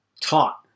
taught